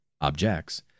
objects